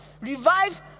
Revive